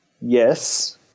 Yes